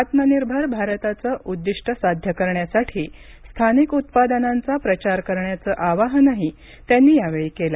आत्मनिर्भर भारताचं उद्दीष्ट साध्य करण्यासाठी स्थानिक उत्पादनांचा प्रचार करण्याचं आवाहनही त्यांनी यावेळी केलं